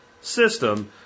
system